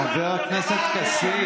מוסי,